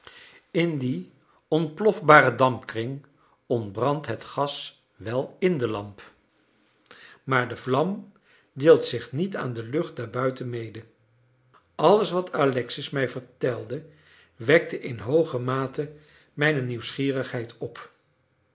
in dien ontplofbaren dampkring ontbrandt het gas wel in de lamp maar de vlam deelt zich niet aan de lucht daarbuiten mede alles wat alexis mij vertelde wekte in hooge mate mijne nieuwsgierigheid op